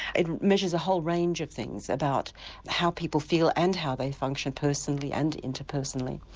it measures a whole range of things about how people feel and how they function personally and interpersonally.